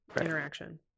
interaction